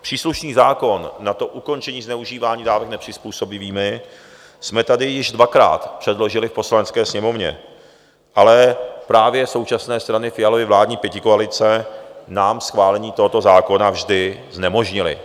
Příslušný zákon na ukončení zneužívání dávek nepřizpůsobivými jsme tady již dvakrát předložili Poslanecké sněmovně, ale právě současné strany Fialovy vládní pětikoalice nám schválení tohoto zákona vždy znemožnily.